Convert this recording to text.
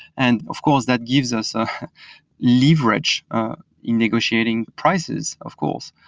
and of course, that gives us a leverage in negotiating prices, of course.